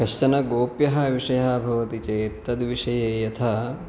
कश्चन गोप्यः विषयः भवति चेत् तद्विषये यथा